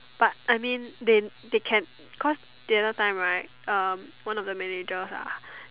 but I mean they they can cause the other time right um one of the manager ah